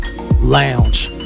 Lounge